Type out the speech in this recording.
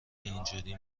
اینجوری